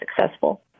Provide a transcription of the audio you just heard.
successful